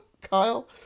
Kyle